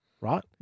Right